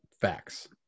Facts